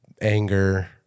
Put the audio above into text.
anger